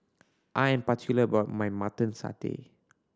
I am particular about my Mutton Satay